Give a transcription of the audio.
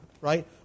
Right